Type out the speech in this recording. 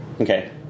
Okay